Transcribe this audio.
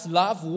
love